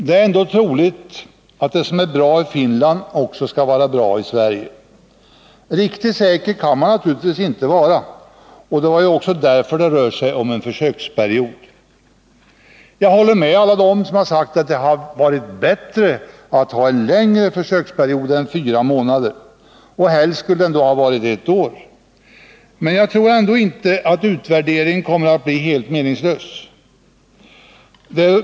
Det är ändå troligt att det som var bra i Finland också skall vara bra i Sverige. Riktigt säker kan man naturligtvis inte vara, och det är ju också därför som det rör sig om en försöksperiod. Jag håller med alla dem som sagt att det hade varit bättre att ha en längre försöksperiod än fyra månader, och helst skulle den vara ett år, men jag tror ändå inte att utvärderingen kommer att bli helt meningslös.